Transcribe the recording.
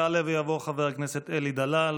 יעלה ויבוא חבר הכנסת אלי דלל,